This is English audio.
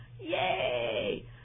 Yay